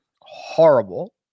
horrible